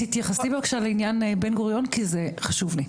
תתייחסי בבקשה לעניין אוניברסיטת בן גוריון כי זה חשוב לי.